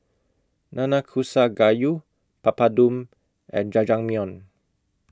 Nanakusa Gayu Papadum and Jajangmyeon